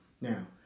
Now